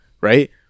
Right